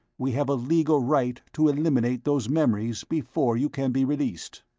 we have a legal right to eliminate those memories before you can be released.